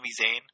Zayn